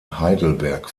heidelberg